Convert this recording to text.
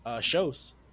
shows